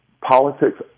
politics